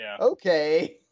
okay